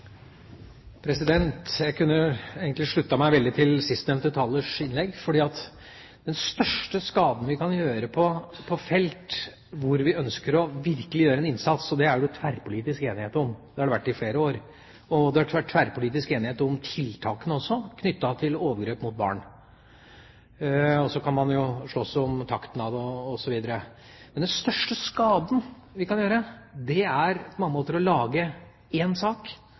Jeg kunne egentlig ha sluttet meg til sistnevnte talers innlegg. For den største skaden vi kan gjøre på et felt hvor vi virkelig ønsker å gjøre en innsats – og det er det tverrpolitisk enighet om, det har det vært i flere år, og det har også vært tverrpolitisk enighet om tiltakene knyttet til overgrep mot barn, og så kan man jo slåss om takten osv. – er på mange måter å lage én sak og si at hvis dere ikke er